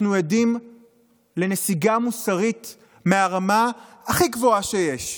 אנחנו עדים לנסיגה מוסרית מהרמה הכי גבוהה שיש.